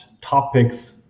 topics